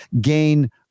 gain